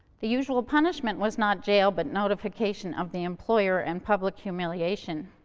the usual punishment was not jail, but notification of the employer and public humiliation.